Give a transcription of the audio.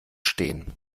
stehen